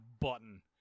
button